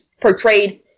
portrayed